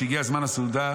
וכשהגיע זמן הסעודה,